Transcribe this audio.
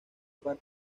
parte